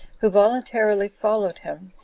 who voluntarily followed him,